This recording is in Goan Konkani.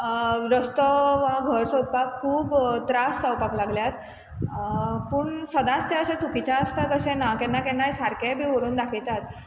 रस्तो वा घर सोदपाक खूब त्रास जावपाक लागल्यात पूण सदांच तें अशें चुकीचें आसतात अशें ना केन्ना केन्नाय सारकेंय बी व्हरून दाखयतात